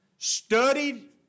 Studied